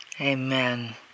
Amen